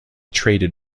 traded